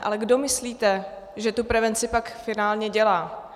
Ale kdo myslíte, že tu prevenci pak finálně dělá?